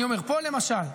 אני אומר, פה, למשל,